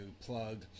plug